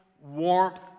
warmth